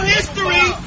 history